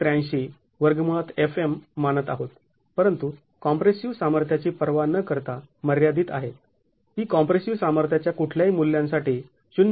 0८३ मानत आहोत परंतु ती कॉम्प्रेसिव सामर्थ्याची पर्वा न करता मर्यादित आहे ती कॉम्प्रेसिव सामर्थ्याच्या कुठल्याही मूल्यांसाठी ०